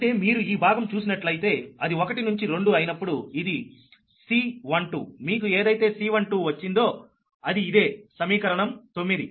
అంటే మీరు ఈ భాగం చూసినట్లయితే అది ఒకటి నుంచి రెండు అయినప్పుడు ఇది C12 మీకు ఏదైతే C12 వచ్చిందో అది ఇదే సమీకరణం 9